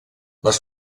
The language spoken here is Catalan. les